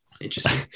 interesting